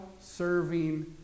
serving